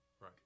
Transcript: Right